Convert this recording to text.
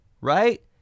Right